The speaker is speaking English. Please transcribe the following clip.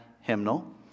hymnal